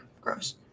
gross